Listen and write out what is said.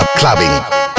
Clubbing